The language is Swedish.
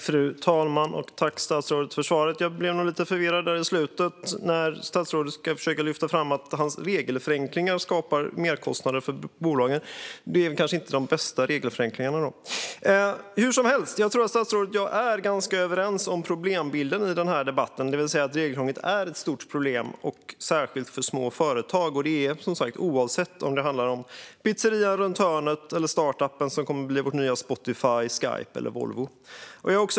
Fru talman! Tack, statsrådet, för svaret! Jag blev nog lite förvirrad mot slutet då statsrådet gjorde ett försök att förklara hur hans regelförenklingar skapar merkostnader för bolagen. Det är kanske i så fall inte de bästa regelförenklingarna. Hur som helst tror jag att statsrådet och jag är ganska överens om problembilden i debatten, det vill säga att regelkrånglet är ett stort problem, särskilt för små företag. Så är det oavsett om det handlar om pizzerian runt hörnet eller startup-företaget som kommer att bli vårt nya Spotify, Skype eller Volvo.